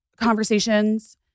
conversations